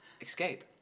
escape